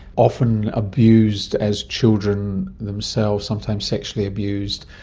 often abused as children themselves, sometimes sexually abused,